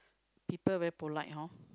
people very polite hor